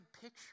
picture